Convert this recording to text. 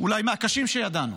אולי מהקשים שידענו,